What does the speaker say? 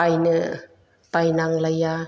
बायनो बायनांलाया